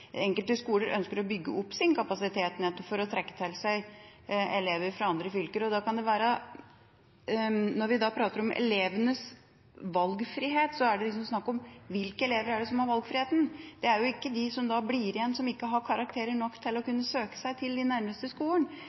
enkelte skoler ønsker å bygge opp sin kapasitet, nettopp for å trekke til seg elever fra andre fylker. Når vi snakker om «elevenes valgfrihet» – hvilke elever er det som har valgfriheten? Det er jo ikke de som da blir igjen, som ikke har gode nok karakterer til å kunne søke seg til den nærmeste skolen.